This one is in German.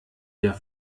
der